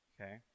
okay